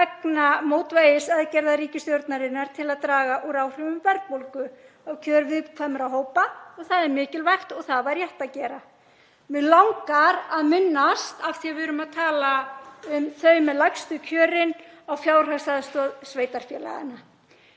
vegna mótvægisaðgerða ríkisstjórnarinnar til að draga úr áhrifum verðbólgu á kjör viðkvæmra hópa og það er mikilvægt og það var rétt að gera. Mig langar að minnast á, af því að við erum að tala um þau með lægstu kjörin, fjárhagsaðstoð sveitarfélaganna.